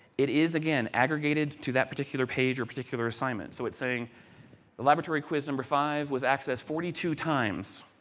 it is again aggregated to that particular page or particular assignment, so it is saying the laboratory quiz number five was accessed forty two times.